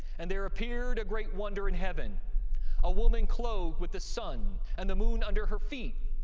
and there appeared a great wonder in heaven a woman clothed with the sun, and the moon under her feet,